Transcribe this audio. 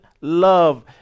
love